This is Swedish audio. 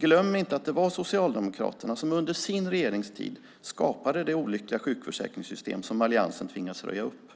Glöm inte att det var Socialdemokraterna som under sin regeringstid skapade det olyckliga sjukförsäkringssystem som alliansen tvingas röja upp!